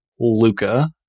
Luca